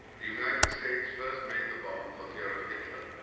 the united states first made the bomb for fear of hitler.